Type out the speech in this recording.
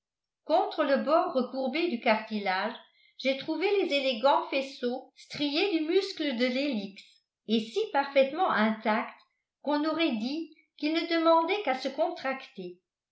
contre le bord recourbé du cartilage j'ai trouvé les élégants faisceaux striés du muscle de l'hélix et si parfaitement intacts qu'on aurait dit qu'ils ne demandaient qu'à se contracter